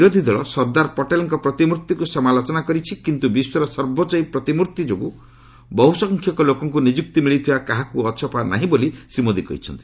ବିରୋଧୀଦଳ ସର୍ଦ୍ଦାର ପଟେଲଙ୍କ ପ୍ରତିମୂର୍ତ୍ତିକୁ ସମାଲୋଚନା କରିଛି କିନ୍ତୁ ବିଶ୍ୱର ସର୍ବୋଚ୍ଚ ଏହି ପ୍ରତିମୂର୍ତ୍ତି ଯୋଗୁଁ ବହୁସଂଖ୍ୟକ ଲୋକଙ୍କୁ ନିଯୁକ୍ତି ମିଳିଥିବା କାହାକୁ ଅଛପା ନାହିଁ ବୋଲି ଶ୍ରୀ ମୋଦି କହିଛନ୍ତି